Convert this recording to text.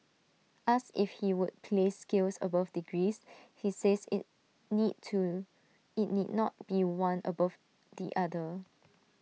asked if he would place skills above degrees he says IT need to IT need not be one above the other